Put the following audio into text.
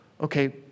okay